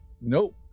Nope